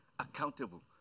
accountable